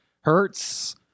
Hertz